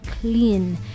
clean